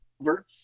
over